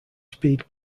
speed